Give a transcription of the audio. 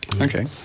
Okay